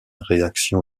réaction